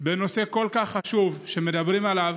בנושא כל כך חשוב שמדברים עליו,